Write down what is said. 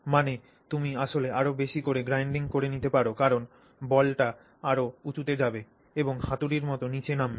মানে তুমি আসলে আরও বেশি করে গ্রাইন্ডিং করে নিতে পার কারণ বলটি আরও উঁচুতে যাবে এবং হাতুড়ির মত নীচে নামবে